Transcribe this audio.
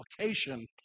application